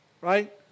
right